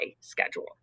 schedule